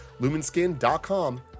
Lumenskin.com